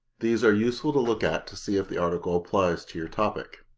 these are useful to look at to see if the article applies to your topic.